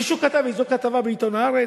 מישהו כתב איזו כתבה בעיתון "הארץ"?